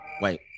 Wait